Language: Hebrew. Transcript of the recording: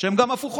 שהן גם הפוכות,